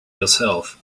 yourself